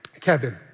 Kevin